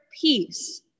peace